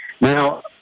now